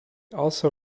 also